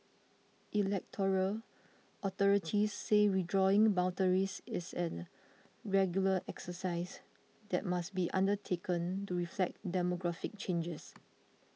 electoral authorities say redrawing boundaries is a regular exercise that must be undertaken to reflect demographic changes